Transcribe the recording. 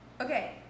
Okay